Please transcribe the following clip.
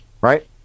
right